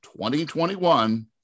2021